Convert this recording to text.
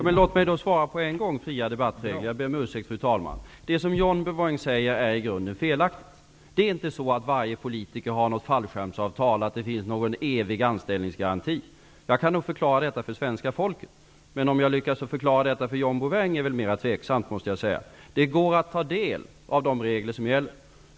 Fru talman! Låt mig svara på en gång när det gäller fria debattregler. Jag ber om ursäkt, fru talman! Det som John Bouvin säger är i grunden felaktigt. Varje politiker har inte något fallskärmsavtal, och det finns inte någon evig anställningsgaranti. Jag kan nog förklara detta för svenska folket. Om jag lyckas förklara det för John Bouvin är väl mera tveksamt. Det går att ta del av de regler som gäller.